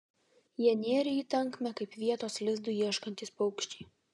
jie nėrė į tankmę kaip vietos lizdui ieškantys paukščiai